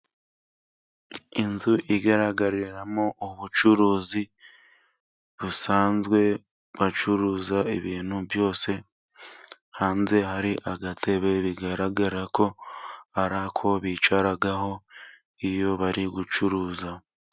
Inzu igaragariramo ubucuruzi busanzwe. bacuruza ibintu byose. Hanze hari agatebe bigaragara ko ari ako bicaraho, iyo bari gucuruza.